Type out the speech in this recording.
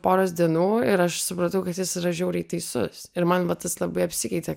poros dienų ir aš supratau kad jis yra žiauriai teisus ir man va tas labai apsikeitė